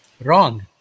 wrong